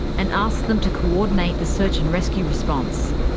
and asked them to coordinate the search and rescue response.